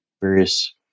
various